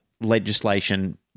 legislation